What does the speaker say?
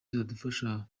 izadufasha